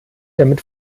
damit